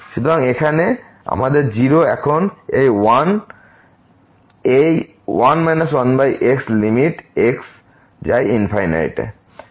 সুতরাং এখানে আমাদের 0 এখন এই 1 এই 1 1x লিমিট x যায় তে